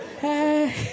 Hey